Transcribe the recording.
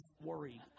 worry